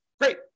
Great